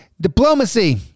diplomacy